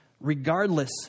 Regardless